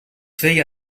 feia